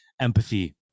empathy